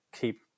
keep